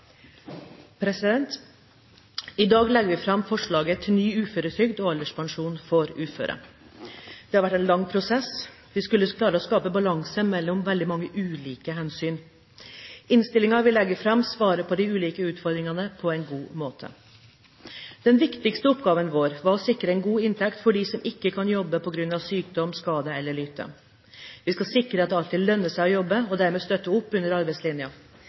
I dag legger vi fram forslaget til ny uføretrygd og alderspensjon for uføre. Det har vært en lang prosess. Vi skulle klare å skape balanse mellom veldig mange ulike hensyn. Innstillingen vi legger fram, svarer på de ulike utfordringene på en god måte. Den viktigste oppgaven vår var å sikre en god inntekt for dem som ikke kan jobbe på grunn av sykdom, skade eller lyte. Vi skal sikre at det alltid lønner seg å jobbe og derved støtte opp om arbeidslinja.